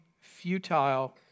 futile